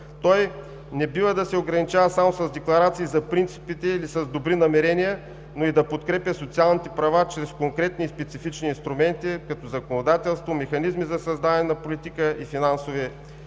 Той не бива да се ограничава само с декларации за принципите или с добри намерения, но и да подкрепя социалните права чрез конкретни и специфични инструменти като законодателство, механизми за създаване на политика и финансови